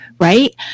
right